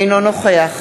אינו נוכח